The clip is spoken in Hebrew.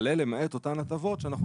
אוקיי.